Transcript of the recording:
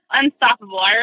unstoppable